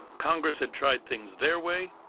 congress had tried things their way,